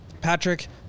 Patrick